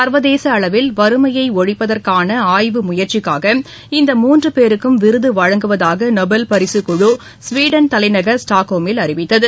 சர்வதேச அளவில் வறுமையை ஒழிப்பதற்கான ஆய்வு முயற்சிக்காக இந்த மூன்று பேருக்கும் விருது வழங்குவதாக நோபல் பரிசு குழு சுவீடன் தலைநகர் ஸ்டாக்ஹோமில் அறிவித்தது